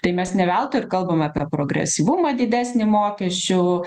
tai mes ne veltui ir kalbam apie progresyvumą didesnį mokesčių